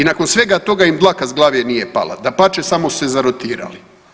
I nakon svega toga im dlaka s glave nije pala, dapače, samo se zarotirali.